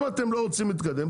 אם אתם לא רוצים להתקדם,